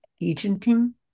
agenting